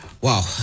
Wow